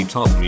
Top